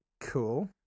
Cool